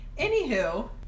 Anywho